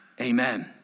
amen